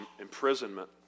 imprisonment